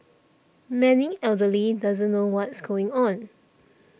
many elderly doesn't know what's going on